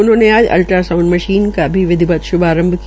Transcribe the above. उन्होंने आज ultrasound machine का भी विधिवत श्भारंभ किया